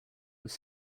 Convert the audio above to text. were